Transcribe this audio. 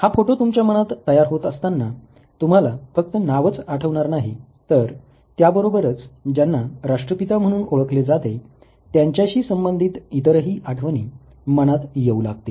हा फोटो तुमच्या मनात तयार होत असतांना तुम्हाला फक्त नावच आठवणार नाही तर त्याबरोबरच ज्यांना राष्ट्रपिता म्हणून ओळखले जाते त्यांच्याशी संबंधित इतरही आठवणी मनात येऊ लागतील